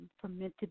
fermented